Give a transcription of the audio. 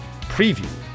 preview